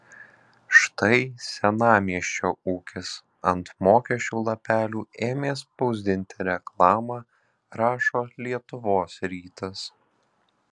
štai senamiesčio ūkis ant mokesčių lapelių ėmė spausdinti reklamą rašo lietuvos rytas